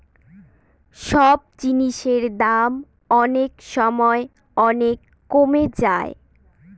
সব জিনিসের দাম অনেক সময় অনেক কমে যায়